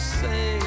say